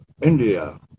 India